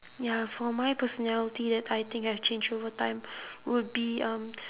ya for my personality that I think I've changed over time would be um